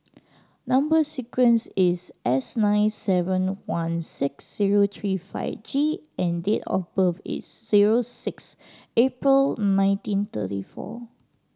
number sequence is S nine seven one six zero three five G and date of birth is zero six April nineteen thirty four